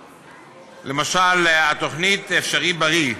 למשל, התוכנית "אפשריבריא",